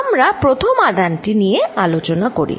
আমরা প্রথম আধান টি নিয়ে আলোচনা করি